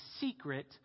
secret